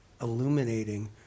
illuminating